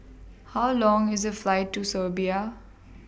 How Long IS The Flight to Serbia